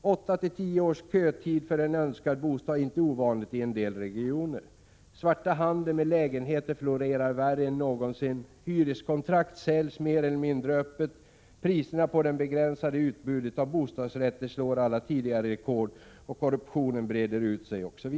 Åtta-tio års kötid för en önskad bostad är inte ovanlig i en del regioner. Den svarta handeln med lägenheter florerar värre än någonsin, hyreskontrakt säljs mer eller mindre öppet, priserna på det begränsade utbudet av bostadsrätter slår alla tidigare rekord, korruptionen breder ut sig osv.